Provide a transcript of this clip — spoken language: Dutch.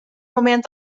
moment